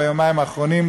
ביומיים האחרונים,